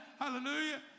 Hallelujah